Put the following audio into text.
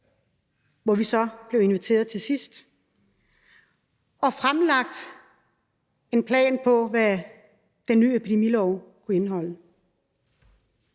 hvor vi så blev inviteret til sidst og fik fremlagt en plan for, hvad den nye epidemilov kunne indeholde.